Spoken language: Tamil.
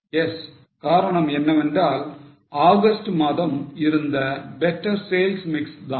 Yes காரணம் என்னவென்றால் ஆகஸ்ட் மாதம் இருந்த better sales mix தான்